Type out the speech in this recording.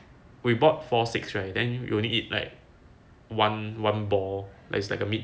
we bought four six right then we only eat like one one ball like it's like a meat